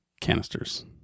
canisters